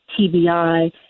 TBI